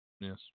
Yes